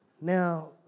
Now